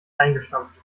eingestampft